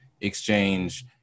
exchange